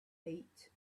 eight